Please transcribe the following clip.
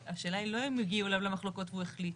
השאלה היא לא אם יגיעו אליו מחלוקות והוא החליט,